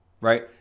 right